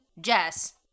Jess